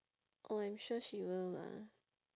oh I'm sure she will lah